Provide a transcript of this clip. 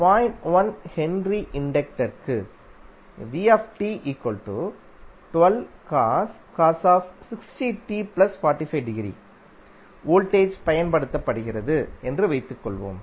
Hஇண்டக்டருக்கு voltage பயன்படுத்தப்படுகிறதுஎன்று வைத்துக்கொள்வோம்